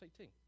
18